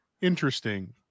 interesting